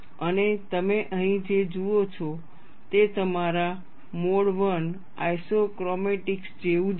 અને તમે અહીં જે જુઓ છો તે તમારા મોડ I આઇસોક્રોમેટિક્સ જેવું જ છે